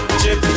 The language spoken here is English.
chip